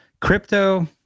Crypto